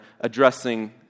addressing